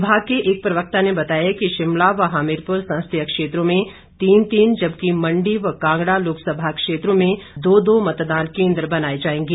विभाग के एक प्रवक्ता ने बताया कि शिमला व हमीरपुर संसदीय क्षेत्र में तीन तीन जबकि मंडी व कांगड़ा लोकसभा क्षेत्र में दो दो मतदान केन्द्र बनाए जाएंगे